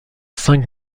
cinq